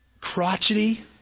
crotchety